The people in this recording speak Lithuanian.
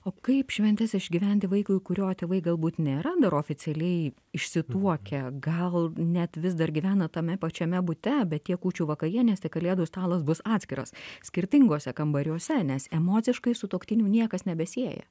o kaip šventes išgyventi vaikui kurio tėvai galbūt nėra dar oficialiai išsituokę gal net vis dar gyvena tame pačiame bute bet tiek kūčių vakarienės tiek kalėdų stalas bus atskiras skirtinguose kambariuose nes emociškai sutuoktinių niekas nebesieja